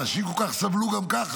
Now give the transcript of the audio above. שאנשים בהם כל כך סבלו גם ככה,